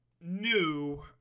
new